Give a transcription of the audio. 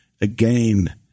again